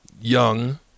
young